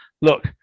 Look